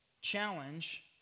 challenge